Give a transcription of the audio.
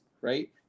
Right